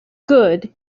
good